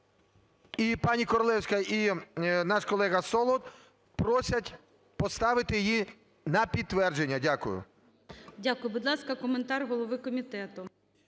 і пані Королевська, і наш колега Солод просять поставити її на підтвердження. Дякую. ГОЛОВУЮЧИЙ. Дякую. Будь ласка, коментар голови комітету.